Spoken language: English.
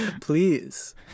Please